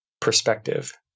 perspective